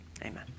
Amen